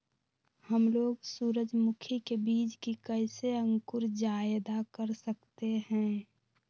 हमलोग सूरजमुखी के बिज की कैसे अंकुर जायदा कर सकते हैं?